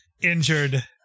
injured